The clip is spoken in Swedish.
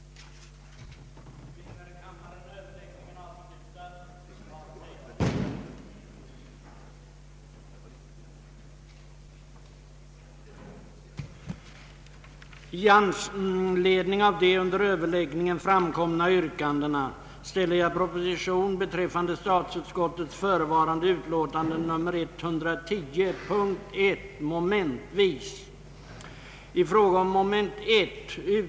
att erforderliga medel för den ökade värnpliktslönen genom omdisposition av materielanslagen måtte kunna erhållas inom den kostnadsram som anvisats av riksdagen,